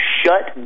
shut